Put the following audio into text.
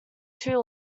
too